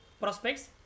prospects